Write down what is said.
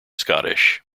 scottish